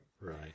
Right